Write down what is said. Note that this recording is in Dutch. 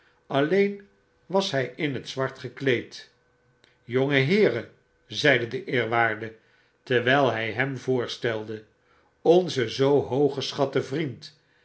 alleen was hg in het zwart gekleed jongeheeren zeide de eerwaarde terwyl hij hem voorstelde onze zoo hooggeschatte vriend